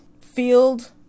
field